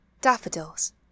Daffodils